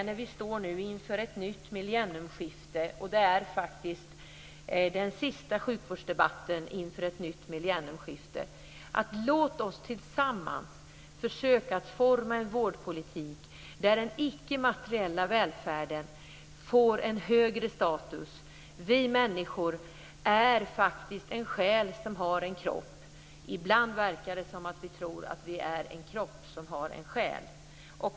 När vi nu är mitt uppe i den sista sjukvårdsdebatten inför ett nytt millennieskifte vill jag avsluta med: Låt oss tillsammans försöka att utforma en vårdpolitik där den icke-materiella välfärden får en högre status. Vi människor består av en själ som har en kropp. Ibland verkar det som att vi tror att vi består av en kropp som har en själ.